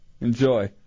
Enjoy